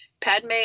Padme